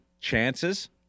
chances